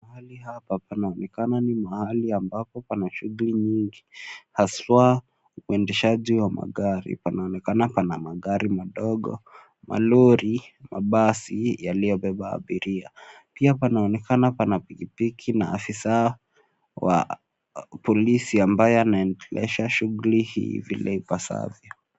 Mahali hapa panaonekana ni mahali ambapo pana shughuli nyingi, haswaa, uendeshaji wa magari panaonekana pana magari madogo, malori, mabasi yaliyobeba abiria, pia panaonekana pana pikipiki na afisa, wa, polisi, ambaye anaendesha shughuli hii vile ipasavyo.